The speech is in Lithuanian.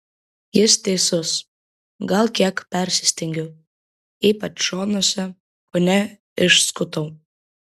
jis teisus gal kiek persistengiau ypač šonuose kone išskutau